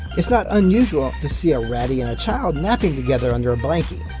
it's not unusual to see a rattie and child napping together under a blankie.